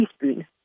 teaspoon